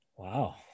Wow